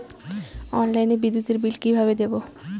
অনলাইনে বিদ্যুতের বিল কিভাবে দেব?